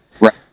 right